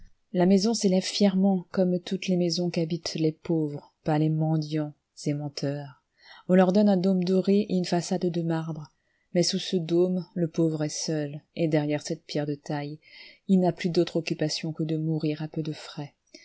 la maison s'élève fièrement comme toutes les maisons qu'habitent les pauvres palais mendiants et menteurs on leur donne un dôme doré et une façade de marbre mais sous ce dôme le pauvre est seul et derrière cette pierre de taille il n'a plus d'autre occupation que de mourir à peu de frais